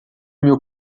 mil